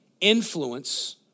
Influence